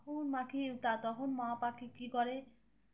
তখন পাখি তা তখন মা পাখি কী করে